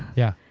yeah.